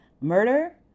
murder